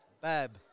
Bab